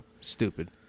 stupid